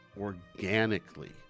organically